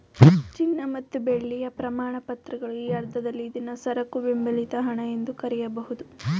ಚಿನ್ನ ಮತ್ತು ಬೆಳ್ಳಿಯ ಪ್ರಮಾಣಪತ್ರಗಳು ಈ ಅರ್ಥದಲ್ಲಿ ಇದ್ನಾ ಸರಕು ಬೆಂಬಲಿತ ಹಣ ಎಂದು ಕರೆಯಬಹುದು